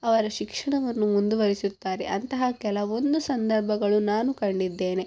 ಅವರ ಶಿಕ್ಷಣವನ್ನು ಮುಂದುವರಿಸುತ್ತಾರೆ ಅಂತಹ ಕೆಲವೊಂದು ಸಂದರ್ಭಗಳು ನಾನು ಕಂಡಿದ್ದೇನೆ